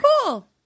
cool